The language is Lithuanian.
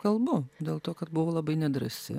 kalbu dėl to kad buvau labai nedrąsi